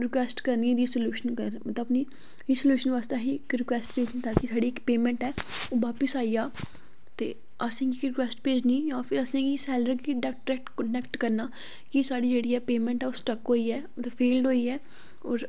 request करनी ऐ कि सलून करो ते अपनी फ्ही सलून बास्तै असेंई इक रिक्वैस्ट करनी ताकि साढ़ी इक पेमैंट ऐ ओहे बापिस आई जा ते असें गै रिक्वैस्ट भेजनी जां फिर असें गी सेल्लर गी डरैक्ट कोन्टैकट करना कि साढ़ी जेह्ड़ी ऐ पेमैंट ऐ ओह् सटक्क होई ऐ ते फेलड होई ऐ